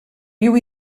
viu